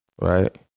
Right